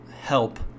help